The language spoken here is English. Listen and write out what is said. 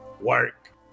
work